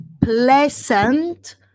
pleasant